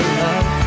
love